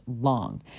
long